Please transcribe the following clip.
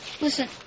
Listen